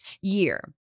year